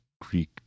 Greek